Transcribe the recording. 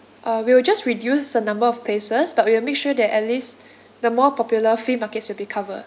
uh we will just reduce the number of places but we will make sure that at least the more popular flea markets will be cover